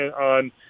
on